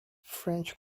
french